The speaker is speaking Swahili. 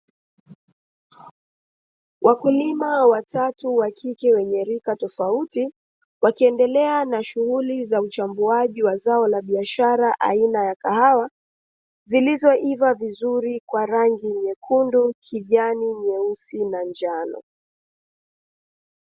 Wakulima watatu wa kike wenye lika tofauti, wakiendelea na shughuli za uchambua wa zao la biashara aina ya kahawa, zilizo iva vizuri kwa rangi nyekundu, kijani, nyeusi na njano.